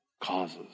causes